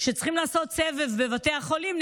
שצריכים לעשות סבב בבתי החולים: